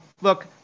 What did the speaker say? look